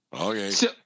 Okay